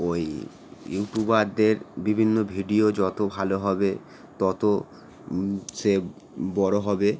ওই ইউটিউবারদের বিভিন্ন ভিডিও যত ভালো হবে তত সে বড় হবে